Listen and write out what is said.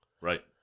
Right